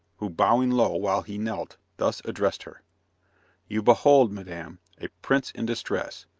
who bowing low while he knelt, thus addressed her you behold, madame, a prince in distress,